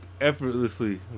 effortlessly